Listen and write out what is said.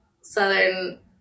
southern